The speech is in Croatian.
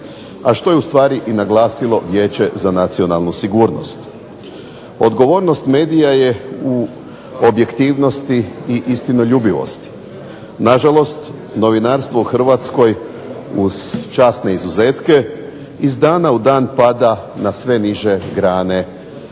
A što je ustvari i naglasilo Vijeće za nacionalnu sigurnost. Odgovornost medija je u objektivnosti i istinoljubivosti. Nažalost, novinarstvo u Hrvatskoj uz časne izuzetke iz dana u dan pada na sve niže grane kod nas.